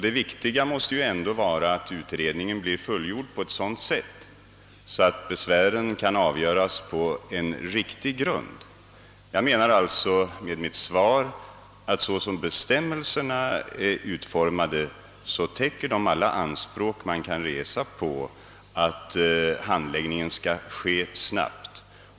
Det viktigaste måste dock vara att man får fram alla fakta så att besvären kan avgöras på en riktig grund. Med mitt svar har jag alltså velat framhålla att bestämmelsernas nuvarande utformning täcker alla anspråk på att handläggningen skall ske snabbt.